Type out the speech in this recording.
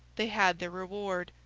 they had their reward.